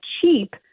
cheap